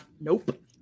nope